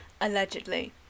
Allegedly